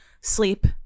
sleep